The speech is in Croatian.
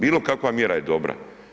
Bilo kakva mjera je dobra.